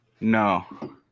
No